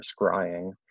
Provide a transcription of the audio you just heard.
scrying